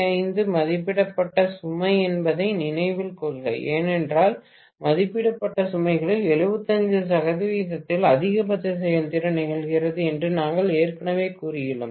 75x மதிப்பிடப்பட்ட சுமை என்பதை நினைவில் கொள்க ஏனென்றால் மதிப்பிடப்பட்ட சுமைகளில் 75 சதவிகிதத்தில் அதிகபட்ச செயல்திறன் நிகழ்கிறது என்று நாங்கள் ஏற்கனவே கூறியுள்ளோம்